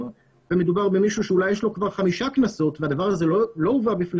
ומדובר במישהו שאולי יש לו כבר חמישה קנסות והדבר לא הובא בפני